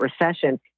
Recession